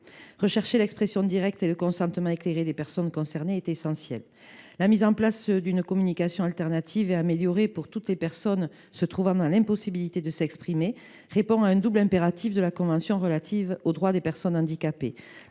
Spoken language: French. rechercher l’expression directe et le consentement éclairé des personnes concernées. La mise en place d’une communication alternative et améliorée (CAA) pour toutes les personnes qui se trouvent dans l’impossibilité de s’exprimer répond à un double impératif de la convention relative aux droits des personnes handicapées